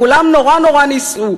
כולם נורא-נורא ניסו.